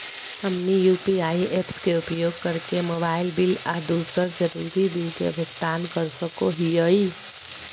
हमनी UPI apps के उपयोग करके मोबाइल बिल आ दूसर जरुरी बिल के भुगतान कर सको हीयई